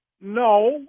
no